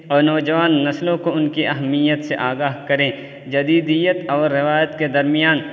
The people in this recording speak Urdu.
اور نوجوان نسلوں کو ان کی اہمیت سے آگاہ کریں جدیدیت اور روایت کے درمیان